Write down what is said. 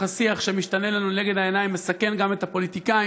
השיח שמשתנה לנו לנגד העיניים מסכן גם את הפוליטיקאים,